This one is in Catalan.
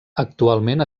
actualment